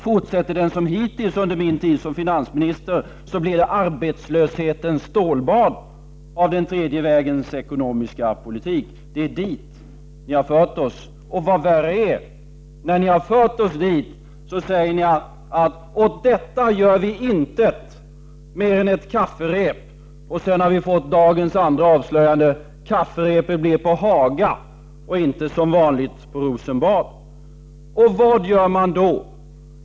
Fortsätter det som hittills under min tid som finansminister, blir det arbetslöshetens stålbad av den tredje vägens ekonomiska politik. Det är dit ni har fört oss, och vad värre är: Då säger ni att åt detta gör vi intet, utöver detta med kafferep. Sedan har vi fått dagens andra avslöjande: Kafferepet blir på Haga och inte, som vanligt, på Rosenbad. Vad gör man då?